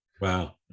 Wow